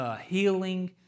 healing